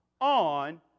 on